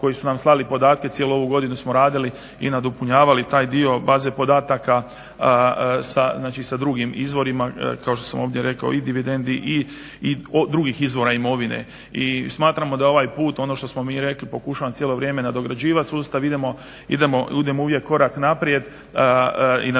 koji su nam slali podatke cijelu ovu godinu smo radili i nadopunjavali taj dio baze podataka znači sa drugim izvorima. Kao što sam ovdje rekao i dividendi i drugih izvora imovine. I smatramo da ovaj put ono što smo mi rekli pokušavamo cijelo vrijeme nadograđivati sustav, idemo uvijek korak naprijed i nadograđivanje